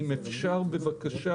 אם אפשר בבקשה